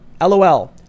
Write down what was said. LOL